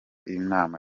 n’imana